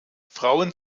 frauen